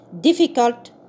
difficult